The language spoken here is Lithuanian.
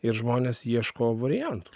ir žmonės ieško variantų